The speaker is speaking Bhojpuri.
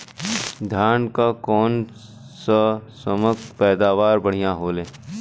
धान क कऊन कसमक पैदावार बढ़िया होले?